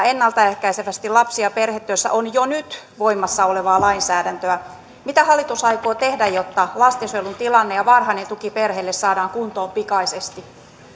ennalta ehkäisevästi lapsi ja perhetyössä on jo nyt voimassa olevaa lainsäädäntöä mitä hallitus aikoo tehdä jotta lastensuojelun tilanne ja varhainen tuki perheille saadaan kuntoon pikaisesti